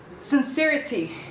sincerity